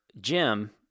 Jim